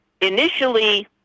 Initially